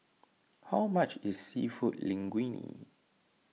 how much is Seafood Linguine